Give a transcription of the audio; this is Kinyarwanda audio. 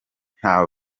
nta